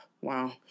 wow